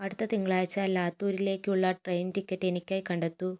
അടുത്ത തിങ്കളാഴ്ച ലാത്തൂരിലേക്കുള്ള ട്രെയിൻ ടിക്കറ്റ് എനിക്കായി കണ്ടെത്തൂ